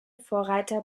vorreiter